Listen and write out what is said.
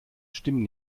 stimmen